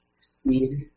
speed